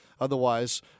otherwise